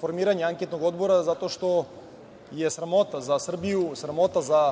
formiranje anketnog odbora zato što je sramota za Srbiju, sramota za